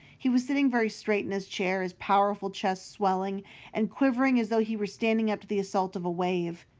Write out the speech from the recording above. he was sitting very straight in his chair, his powerful chest swelling and quivering as though he were standing up to the assault of a wave.